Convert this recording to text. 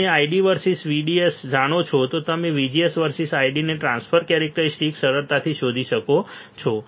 જો તમે ID versus VDS જાણો છો તો તમે VGSવર્સીસ ID ની ટ્રાન્સફર કેરેક્ટરીસ્ટિક્સ સરળતાથી શોધી શકો છો